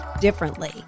differently